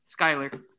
Skyler